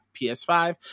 PS5